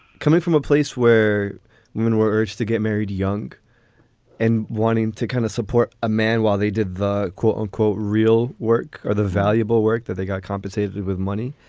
coming from a place where women were urged to get married young and wanting to kind of support a man while they did the quote unquote, real work or the valuable work that they got compensated with money.